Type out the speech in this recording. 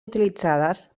utilitzades